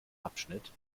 abschnitt